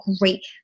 great